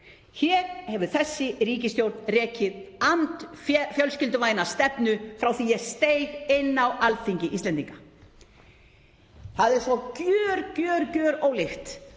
Hér hefur þessi ríkisstjórn rekið andfjölskylduvæna stefnu frá því að ég steig inn á Alþingi Íslendinga. Það er svo gjörólíkt